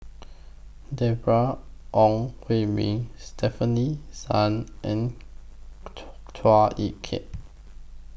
Deborah Ong Hui Min Stefanie Sun and Chua Ek Kay